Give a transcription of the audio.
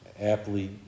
aptly